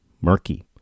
murky